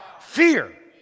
fear